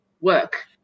work